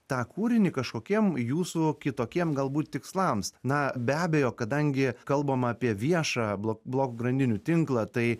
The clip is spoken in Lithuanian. tą kūrinį kažkokiem jūsų kitokiem galbūt tikslams na be abejo kadangi kalbama apie viešą blok blokų grandinių tinklą tai